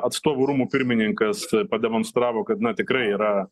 atstovų rūmų pirmininkas pademonstravo kad na tikrai yra